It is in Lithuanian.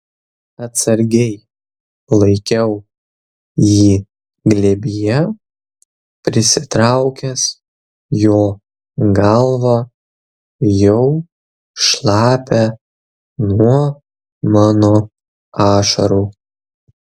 atsargiai laikiau jį glėbyje prisitraukęs jo galvą jau šlapią nuo mano ašarų